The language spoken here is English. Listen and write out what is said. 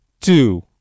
Two